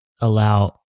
allow